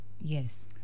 yes